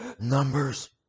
Numbers